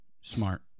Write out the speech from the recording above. Smart